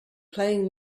playing